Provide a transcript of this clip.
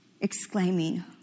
exclaiming